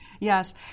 yes